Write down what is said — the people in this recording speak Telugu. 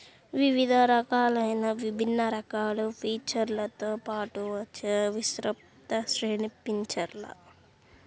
వివిధ రకాలైన విభిన్న రకాల ఫీచర్లతో పాటు వచ్చే విస్తృత శ్రేణి ఫీచర్లు